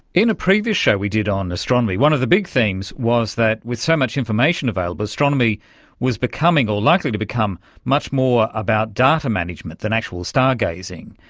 in a previous show we did on astronomy, one of the big themes was that with so much information available astronomy was becoming or likely to become much more about data management than actual stargazing.